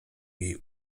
jej